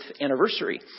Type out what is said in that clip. anniversary